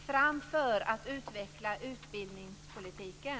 Fram för att utveckla utbildningspolitiken!